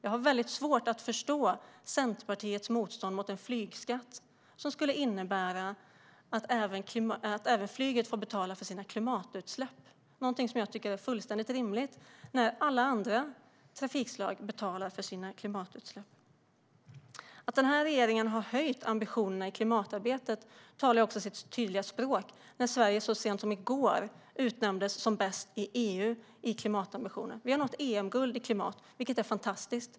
Jag har väldigt svårt att förstå Centerpartiets motstånd mot den flygskatt som skulle innebära att även flyget får betala för sina klimatutsläpp. Det är någonting jag tycker är fullständigt rimligt med tanke på att alla andra trafikslag betalar för sina klimatutsläpp. Att regeringen har höjt ambitionerna i klimatarbetet talar ju sitt tydliga språk när Sverige så sent som i går utnämndes till bäst i EU i klimatambitioner. Vi har nått EM-guld i klimatarbete, vilket är fantastiskt.